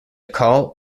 call